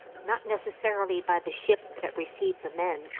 not necessarily by the ship that received the men,